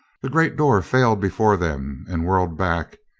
the great door failed before them and whirled back,